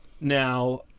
Now